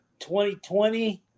2020